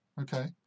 Okay